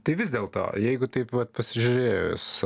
tai vis dėlto jeigu taip vat pasižiūrėjus